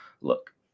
Look